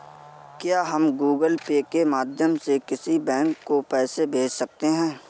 क्या हम Google Pay के माध्यम से किसी बैंक को पैसे भेज सकते हैं?